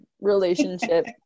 relationship